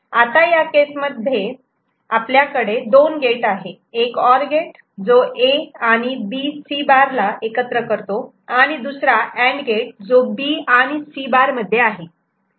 आता या केस मध्ये आपल्याकडे दोन गेट आहेत एक ऑर गेट जो A आणि B C' एकत्र करतो आणि दुसरा अँड गेट जो B आणि C' मध्ये आहे